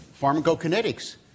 pharmacokinetics